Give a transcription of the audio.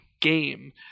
game